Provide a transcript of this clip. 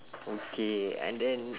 okay and then